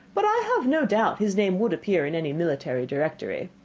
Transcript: but i have no doubt his name would appear in any military directory.